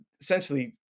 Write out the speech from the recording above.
essentially